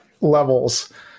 levels